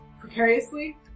precariously